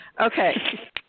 okay